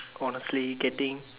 honestly getting